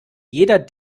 jeder